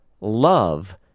love